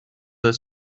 that